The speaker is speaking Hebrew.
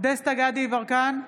דסטה גדי יברקן,